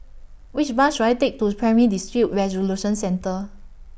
Which Bus should I Take to Primary Dispute Resolution Centre